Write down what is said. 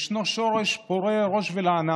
ישנו שורש פורה ראש ולענה